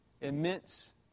immense